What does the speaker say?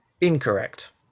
incorrect